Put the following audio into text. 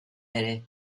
ere